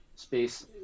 space